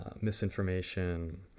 misinformation